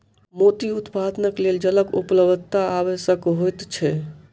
मोती उत्पादनक लेल जलक उपलब्धता आवश्यक होइत छै